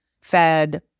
fed